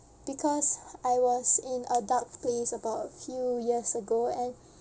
because I was in a dark place about few years ago and